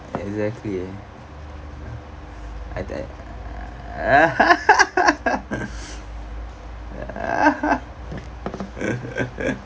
exactly I I